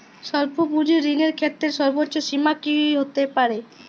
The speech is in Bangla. স্বল্প পুঁজির ঋণের ক্ষেত্রে সর্ব্বোচ্চ সীমা কী হতে পারে?